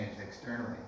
externally